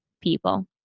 people